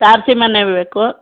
ತಾರಸಿ ಮನೆ ಬೇಕು